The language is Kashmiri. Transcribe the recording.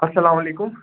اَسَلامُ علیکُم